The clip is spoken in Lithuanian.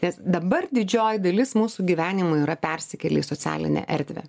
nes dabar didžioji dalis mūsų gyvenimo yra persikėlę į socialinę erdvę